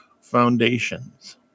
foundations